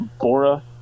Bora